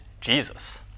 Jesus